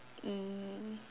mm